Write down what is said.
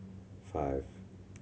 five